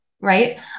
right